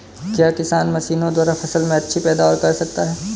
क्या किसान मशीनों द्वारा फसल में अच्छी पैदावार कर सकता है?